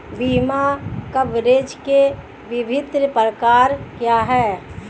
बीमा कवरेज के विभिन्न प्रकार क्या हैं?